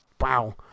wow